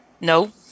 No